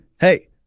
Hey